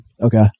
Okay